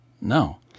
No